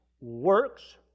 works